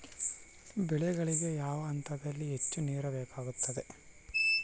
ಬೆಳೆಗಳಿಗೆ ಯಾವ ಹಂತದಲ್ಲಿ ಹೆಚ್ಚು ನೇರು ಬೇಕಾಗುತ್ತದೆ?